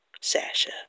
Sasha